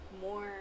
more